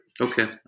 Okay